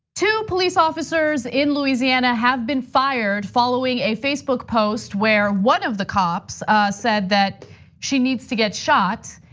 two police officers in louisiana have been fired following a facebook post where one of the cops said that she needs to get shot.